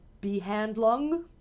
Behandlung